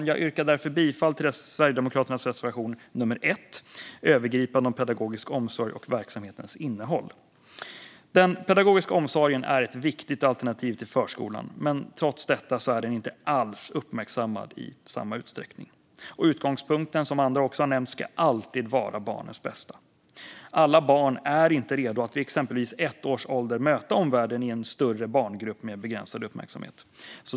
Jag yrkar därför bifall till Sverigedemokraternas reservation nummer 1, Övergripande om pedagogisk omsorg och verksamhetens innehåll. Den pedagogiska omsorgen är ett viktigt alternativ till förskolan, men trots detta är den inte alls uppmärksammad i samma utsträckning. Utgångspunkten, som andra också har nämnt, ska alltid vara barnets bästa. Alla barn är inte redo att vid exempelvis ett års ålder möta omvärlden i en större barngrupp med begränsad uppmärksamhet.